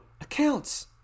accounts